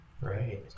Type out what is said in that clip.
Right